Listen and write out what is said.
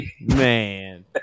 man